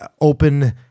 open